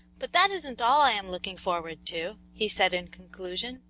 but that isn't all i am looking forward to, he said, in conclusion,